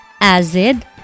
acid